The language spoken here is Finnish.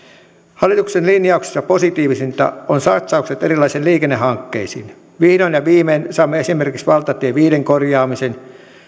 hallituksen linjauksissa positiivisinta on satsaukset erilaisiin liikennehankkeisiin vihdoin ja viimein saamme esimerkiksi valtatie viiden korjaamisen